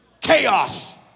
Chaos